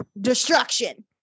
destruction